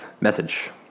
message